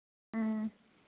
ꯎꯝ